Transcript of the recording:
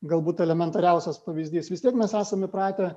galbūt elementariausias pavyzdys vis tiek mes esam įpratę